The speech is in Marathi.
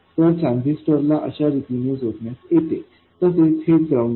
तर ट्रान्झिस्टर ला अशा रीतीने जोडण्यात येते तसेच हे ग्राउंडेड